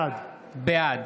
בעד